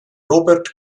robert